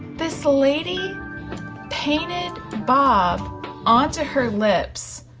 this lady painted bob onto her lips,